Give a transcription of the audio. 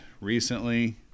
recently